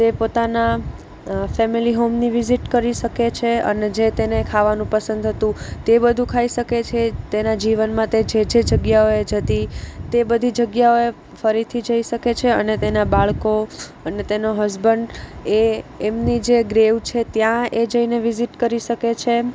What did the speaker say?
તે પોતાના ફેમેલી હોમની વિઝિટ કરી શકે છે અને જે તેને ખાવાનું પસંદ હતું તે બધું ખાઈ શકે છે તેના જીવનમાં તે જે જે જગ્યાઓએ જતી તે બધી જગ્યાઓએ ફરીથી જઈ શકે છે અને તેના બાળકો અને તેનો હસબંડ એ એમની જે ગ્રેવ છે ત્યાં એ જઈને વિઝિટ કરી શકે છે